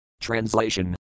Translation